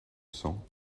cent